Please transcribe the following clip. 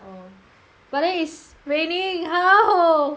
but then is raining how I don't know